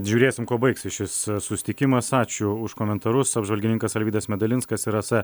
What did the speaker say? žiūrėsim kuo baigsis šis susitikimas ačiū už komentarus apžvalgininkas alvydas medalinskas ir rasa